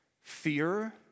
Fear